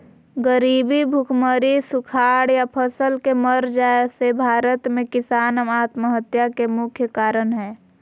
गरीबी, भुखमरी, सुखाड़ या फसल के मर जाय से भारत में किसान आत्महत्या के मुख्य कारण हय